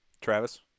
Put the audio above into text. Travis